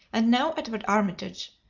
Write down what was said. and now, edward armitage,